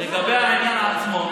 לגבי העניין עצמו,